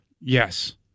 Yes